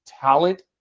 talent